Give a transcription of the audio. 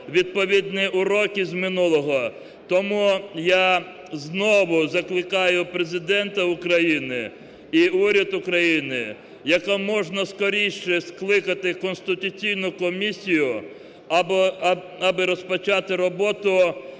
відповідні уроки з минулого. Тому я знову закликаю Президента України і уряд України як можна скоріше скликати конституційну комісію, аби розпочати роботу